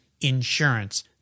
Insurance